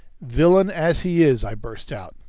villain as he is? i burst out.